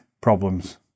problems